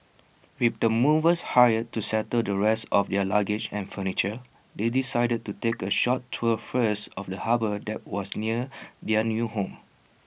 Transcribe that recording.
with the movers hired to settle the rest of their luggage and furniture they decided to take A short tour first of the harbour that was near their new home